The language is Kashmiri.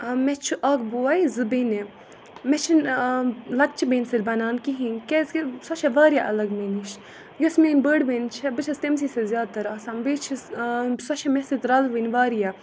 مےٚ چھُ اَکھ بوے زٕ بیٚنہِ مےٚ چھِنہٕ لَکچہِ بیٚنہِ سۭتۍ بَنان کِہیٖنۍ کیٛازِکہِ سۄ چھےٚ واریاہ الگ مےٚ نِش یۄس میٛٲنۍ بٔڑ بیٚنہِ چھِ بہٕ چھَس تٔمسٕے سۭتۍ زیادٕ تَر آسان بیٚیہِ چھَس سۄ چھےٚ مےٚ سۭتۍ رَلوٕنۍ واریاہ